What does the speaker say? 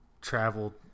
travel